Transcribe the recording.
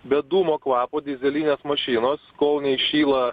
be dūmo kvapo dyzelinės mašinos kol neįšyla